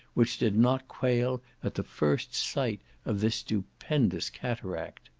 which did not quail at the first sight of this stupendous cataract.